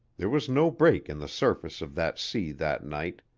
there was no break in the surface of that sea that night,